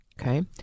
okay